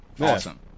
Awesome